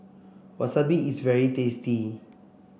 Wasabi is very tasty